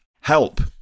Help